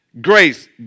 grace